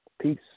Peace